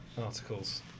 articles